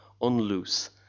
unloose